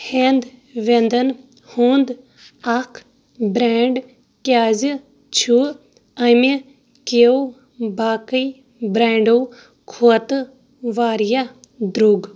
ہٮ۪نٛد وٮ۪نٛدن ہُنٛد اکھ برینڈ کیٛازِ چھُ امہِ کیو باقٕے برینڈو کھۄتہٕ واریاہ درٛوٚگ